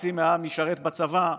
חצי מהעם ישרת בצבא,